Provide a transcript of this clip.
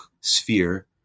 sphere